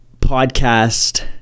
podcast